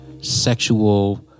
sexual